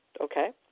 okay